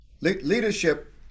Leadership